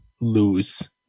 lose